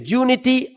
unity